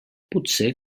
potser